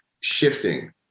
shifting